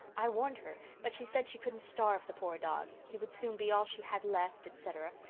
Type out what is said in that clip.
i warned her but she said she couldn't starve the poor dog he would soon be all she had left, etc.